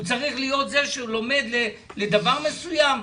הוא צריך להיות זה שלומד לדבר מסוים,